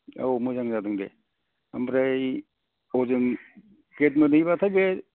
औ मोजां जादों दे आमफ्राय हजों गेट मोनहैबाथाय बे